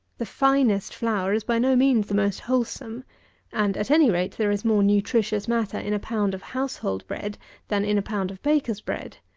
the finest flour is by no means the most wholesome and, at any rate, there is more nutritious matter in a pound of household bread than in a pound of baker's bread.